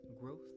growth